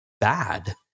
bad